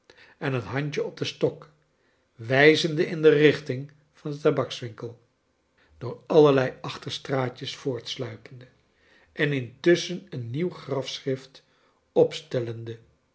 en het handje op den stok wijzende in de richting van dexl tabakswinkel door allerlei achterstraatjes voortsluipende en intusschen een nieuw grafschrift opstellende